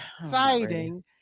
exciting